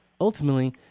ultimately